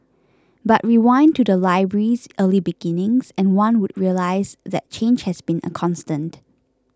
but rewind to the library's early beginnings and one would realise that change has been a constant